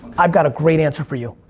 i've got a great answer for you.